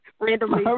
Randomly